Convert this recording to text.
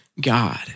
God